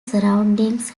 surroundings